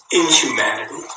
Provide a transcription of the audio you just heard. inhumanity